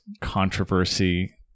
controversy